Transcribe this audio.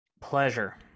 pleasure